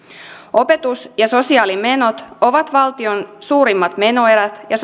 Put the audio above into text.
opetus ja sosiaalimenot ovat valtion suurimmat menoerät ja